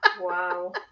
Wow